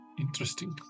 Interesting